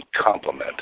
complement